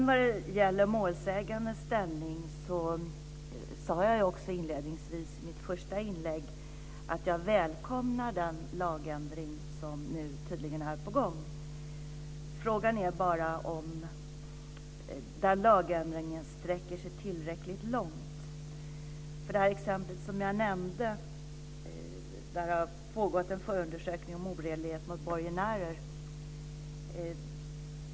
Vad gäller målsägandens ställning sade jag inledningsvis i mitt första inlägg att jag välkomnar den lagändring som nu tydligen är på gång. Frågan är bara om den sträcker sig tillräckligt långt. I det exempel som jag nämnde har det pågått en förundersökning om oredlighet mot borgenärer.